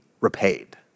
repaid